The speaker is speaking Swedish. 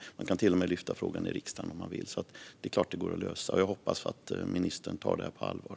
Frågan kan till och med lyftas upp i riksdagen. Givetvis går det att lösa, och jag hoppas att ministern tar detta på allvar.